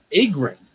Agrin